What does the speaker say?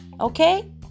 okay